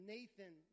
Nathan